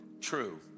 true